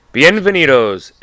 Bienvenidos